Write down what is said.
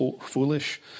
foolish